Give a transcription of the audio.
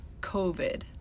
COVID